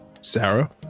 Sarah